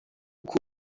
uko